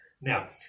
Now